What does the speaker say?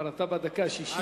אתה כבר בדקה השישית.